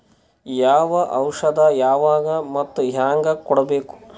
ಯಾವ ಔಷದ ಯಾವಾಗ ಮತ್ ಹ್ಯಾಂಗ್ ಹೊಡಿಬೇಕು?